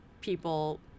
people